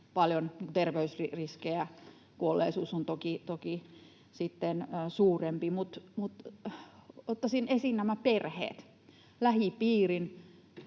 paljon terveysriskejä, kuolleisuus on toki sitten suurempi, mutta ottaisin esiin perheet, lähipiirin.